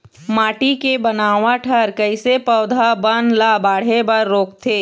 माटी के बनावट हर कइसे पौधा बन ला बाढ़े बर रोकथे?